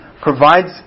provides